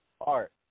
art